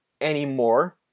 anymore